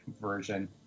version